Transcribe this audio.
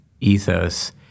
ethos